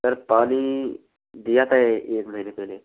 sir पानी दिया था एक महीने पहले